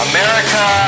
America